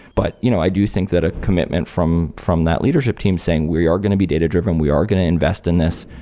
but you know i do think that a commitment from from that leadership team saying, we we are going to be data-driven. we are going to invest in this.